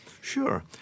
Sure